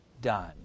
done